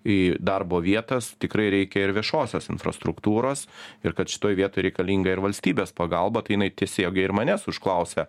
į darbo vietas tikrai reikia ir viešosios infrastruktūros ir kad šitoj vietoj reikalinga ir valstybės pagalba tai jinai tiesiogiai ir manęs užklausė